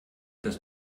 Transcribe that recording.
das